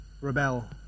rebel